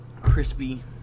crispy